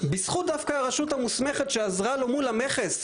דווקא בזכות הרשות המוסמכת שעזרה לו מול המכס.